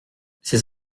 ses